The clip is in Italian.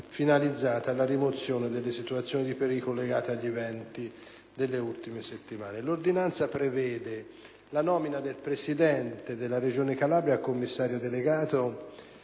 alla rimozione delle situazioni di pericolo legate agli eventi delle ultime settimane.